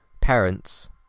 parents